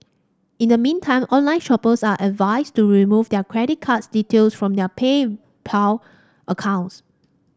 in the meantime online shoppers are advised to remove their credit card details from their PayPal accounts